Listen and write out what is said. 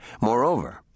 Moreover